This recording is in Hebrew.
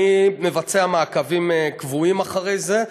אני מבצע מעקבים קבועים אחרי זה.